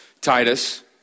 Titus